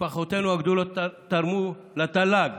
משפחותינו הגדולות תרמו לתל"ג,